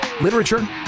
Literature